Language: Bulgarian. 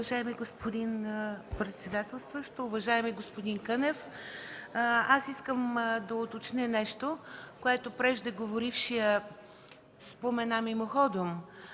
Уважаеми господин председател, уважаеми господин Кънев! Аз искам да уточня нещо, което преждеговорившият спомена мимоходом.